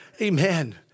Amen